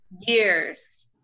years